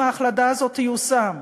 אם ההחלטה הזאת תיושם,